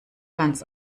ganz